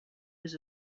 was